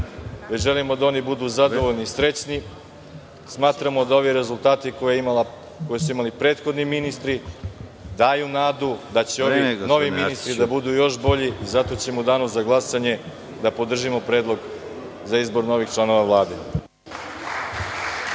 već želimo da oni budu zadovoljni i srećni. Smatramo da ovi rezultati koje su imali prethodni ministri daju nadu da će ovi novi ministri da budu još bolji i zato ćemo u Danu za glasanje da podržimo Predlog za izbor novih članova Vlade.